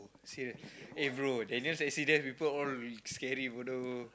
serious eh bro Daniel's accident people all will scary bodoh